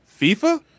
FIFA